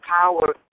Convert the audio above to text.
power